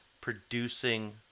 producing